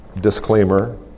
Disclaimer